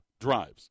drives